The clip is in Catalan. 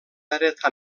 heretar